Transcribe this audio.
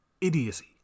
idiocy